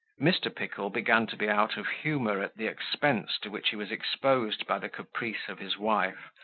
mr. pickle began to be out of humour at the expense to which he was exposed by the caprice of his wife,